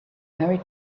mary